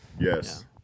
yes